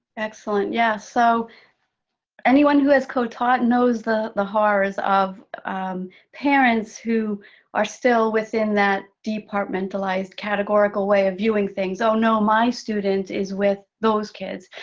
excellent, yes, so anyone who has co-taught knows the the horrors of parents who are still within that departmentalized, categorical way of viewing things. oh, no, my student is with those kids.